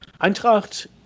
Eintracht